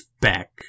back